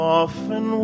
often